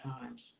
times